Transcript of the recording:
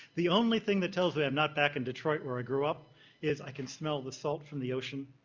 the only thing that tells me i'm not back in detroit where i grew up is i can smell the salt from the ocean.